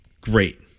Great